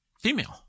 female